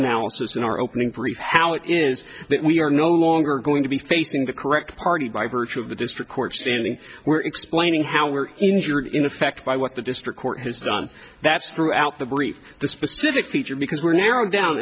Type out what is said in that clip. analysis in our opening brief how it is that we are no longer going to be facing the correct party by virtue of the district court standing where explaining how we were injured in effect by what the district court has done that's throughout the brief the specific teacher because we're narrowing down